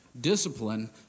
discipline